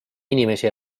inimesi